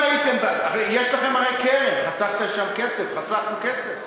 יש לכם הרי קרן, חסכתם לשם כסף, חסכנו כסף.